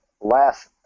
last